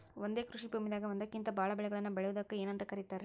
ಒಂದೇ ಕೃಷಿ ಭೂಮಿದಾಗ ಒಂದಕ್ಕಿಂತ ಭಾಳ ಬೆಳೆಗಳನ್ನ ಬೆಳೆಯುವುದಕ್ಕ ಏನಂತ ಕರಿತಾರೇ?